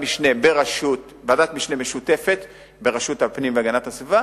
משנה משותפת בראשות הפנים והגנת הסביבה,